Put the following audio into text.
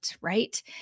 right